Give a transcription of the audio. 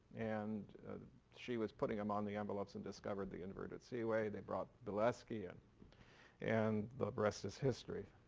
and she was putting them on the envelopes and discovered the inverted seaway. they brought valesky and and the rest is history.